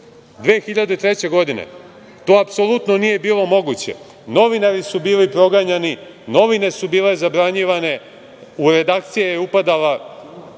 2003. godine, to apsolutno nije bilo moguće. Novinari su bili proganjani, novine su bile zabranjivane, u redakcije je upadala